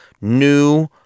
new